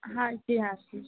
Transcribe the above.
हाँजी हाँजी